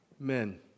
Amen